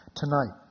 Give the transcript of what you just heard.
tonight